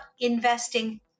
investing